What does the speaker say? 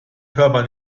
körper